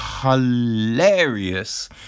hilarious